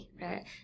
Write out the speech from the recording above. right